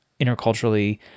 interculturally